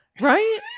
right